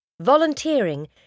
Volunteering